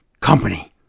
company